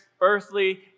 earthly